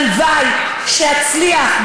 הלוואי שאצליח,